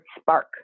spark